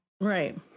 Right